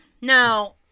Now